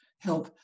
help